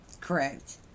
Correct